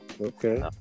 Okay